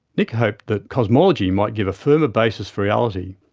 nick hoped that cosmology might give a firmer basis for reality.